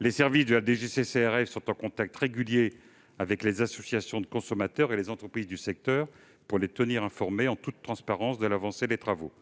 Les services de la DGCCRF sont en contact régulier avec les associations de consommateurs et les entreprises du secteur pour les tenir informées en toute transparence de l'avancée des travaux.